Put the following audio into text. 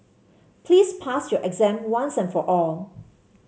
please pass your exam once and for all